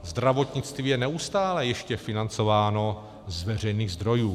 Zdravotnictví je neustále ještě financováno z veřejných zdrojů.